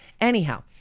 Anyhow